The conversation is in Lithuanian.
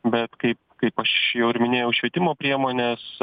bet kaip kaip aš jau ir minėjau švietimo priemonės